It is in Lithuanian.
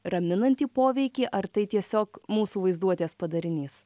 raminantį poveikį ar tai tiesiog mūsų vaizduotės padarinys